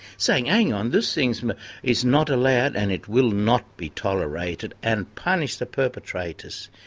saying hang on, this thing is not allowed, and it will not be tolerated, and punish the perpetrators.